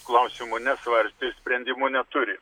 klausimo nesvarstė ir sprendimo neturi